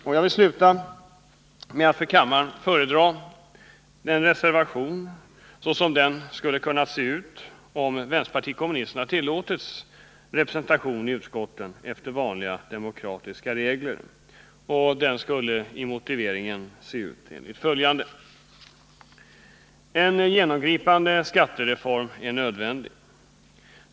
Jag skall sluta med att för kammaren föredra en reservation såsom den skulle ha kunnat se ut om vänsterpartiet kommunisterna tillåtits representation i utskotten efter vanliga demokratiska regler. Den skulle lyda enligt följande: ”En genomgripande skattereform är nödvändig.